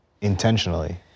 Intentionally